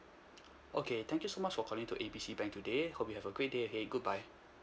okay thank you so much for calling to A B C bank today hope you have a great day ahead goodbye